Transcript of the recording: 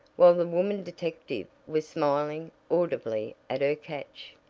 while the woman detective was smiling audibly at her catch.